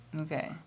Okay